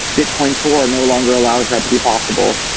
bitcoin core no longer allows that to be possible.